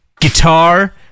guitar